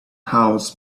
houses